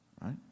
right